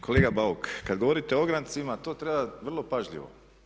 Kolega Bauk, kad govorite o ograncima to treba vrlo pažljivo.